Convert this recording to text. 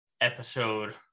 episode